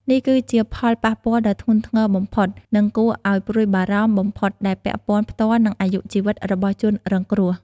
នេះគឺជាផលប៉ះពាល់ដ៏ធ្ងន់ធ្ងរបំផុត និងគួរឲ្យព្រួយបារម្ភបំផុត ដែលពាក់ព័ន្ធផ្ទាល់នឹងអាយុជីវិតរបស់ជនរងគ្រោះ។